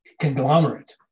conglomerate